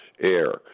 air